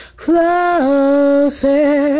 closer